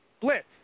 Blitz